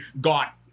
got